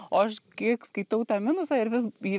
o aš kiek kiek skaitau tą minusą ir vis jį